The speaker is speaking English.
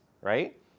right